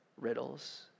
riddles